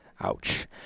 Ouch